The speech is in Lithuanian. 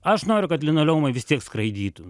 aš noriu kad linoleumai vis tiek skraidytų